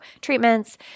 treatments